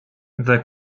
the